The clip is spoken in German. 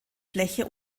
fläche